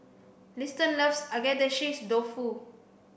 Liston loves Agedashi dofu